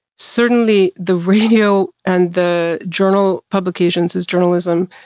certainly, the radio and the journal publications, his journalism,